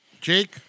Jake